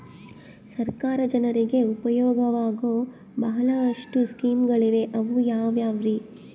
ಸರ್ಕಾರ ಜನರಿಗೆ ಉಪಯೋಗವಾಗೋ ಬಹಳಷ್ಟು ಸ್ಕೇಮುಗಳಿವೆ ಅವು ಯಾವ್ಯಾವ್ರಿ?